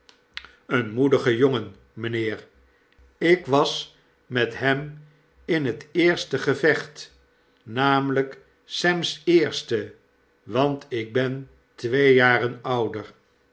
een moedige jongen mynheer ik was met hem in het eerste gevecht namelyk sem's eerste want ik ben twee jaren ouder